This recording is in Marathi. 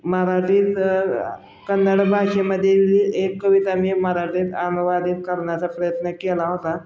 मराठीत कन्नड भाषेमधील एक कविता मी मराठीत अनुवादित करण्याचा प्रयत्न केला होता